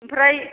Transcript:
ओमफ्राय